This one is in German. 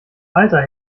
alter